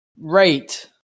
rate